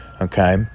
Okay